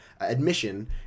admission